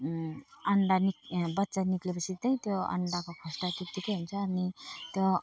अण्डा निक् बच्चा निस्के पछि त त्यो अण्डाको खोस्टा त्यतिकै हुन्छ अनि त्यो